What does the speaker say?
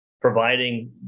providing